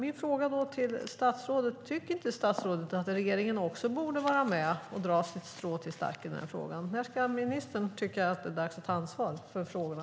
Min fråga till statsrådet är: Tycker inte statsrådet att regeringen också borde dra sitt strå till stacken? När ska ministern tycka att det är dags att ta ansvar för frågorna?